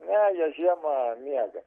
ne jie žiemą miega